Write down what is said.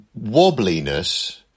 wobbliness